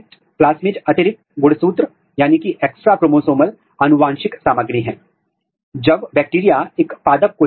translational fusion construct में यह अभिव्यक्ति के डोमेन के साथ साथ उप सेलुलर प्रोटीन स्थानीयकरण को भी बताएगा